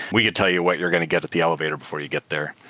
we could tell you what you're going to get at the elevator before you get there.